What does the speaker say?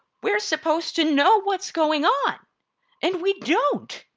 we're supposed to know what's going on and we don't.